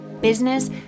business